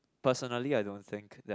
personally I don't think that